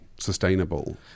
Sustainable